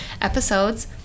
episodes